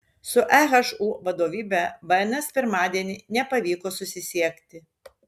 su ehu vadovybe bns pirmadienį nepavyko susisiekti